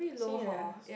serious